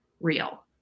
real